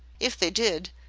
if they did,